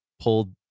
pulled